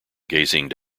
gazing